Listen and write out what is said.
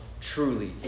truly